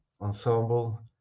ensemble